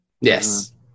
Yes